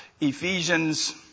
Ephesians